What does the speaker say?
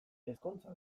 ezkontza